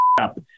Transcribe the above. up